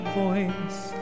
voice